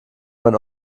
ein